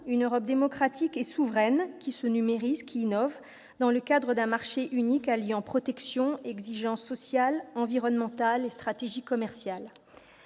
uniforme -, démocratique et souveraine, qui se numérise et innove dans le cadre d'un marché unique alliant protection, exigences sociales, environnementales et stratégie commerciale.